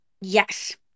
Yes